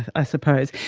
i suppose.